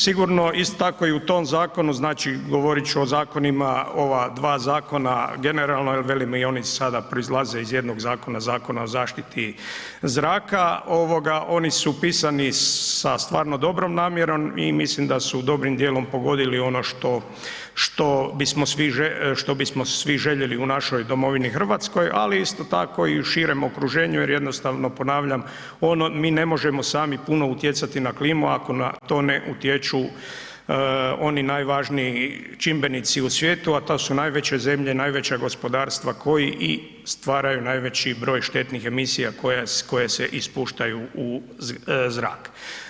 Sigurno isto tako i u tom zakonu, znači govorit ću o zakonima, ova dva zakona, generalno jer velim i oni sada proizlaze iz jednog zakona, Zakona o zaštiti zraka, oni su pisani sa stvarno dobrom namjerom i mislim da su dobrim dijelom pogodili ono što, što bismo svi željeli u našoj domovini RH, ali isto tako i u širem okruženju jer jednostavno ponavljam, ono mi ne možemo sami puno utjecati na klimu ako na to ne utječu oni najvažniji čimbenici u svijetu, a to su najveće zemlje, najveća gospodarstva koji i stvaraju najveći broj štetnih emisija koja se ispuštaju u zrak.